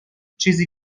چیزی